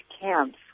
camps